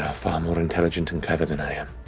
ah far more intelligent and clever than i am.